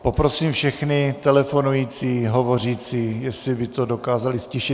Poprosím všechny telefonující, hovořící, jestli by to dokázali ztišit.